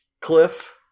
Cliff